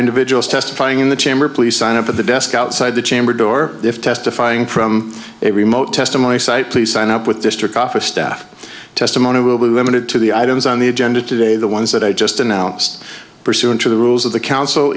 individuals testifying in the chamber please sign up at the desk outside the chamber door if testifying from a remote testimony site please sign up with district office staff testimony will be limited to the items on the agenda today the ones that i just announced pursuant to the rules of the counsel